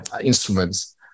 instruments